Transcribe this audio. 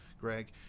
Greg